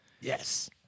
Yes